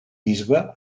bisbe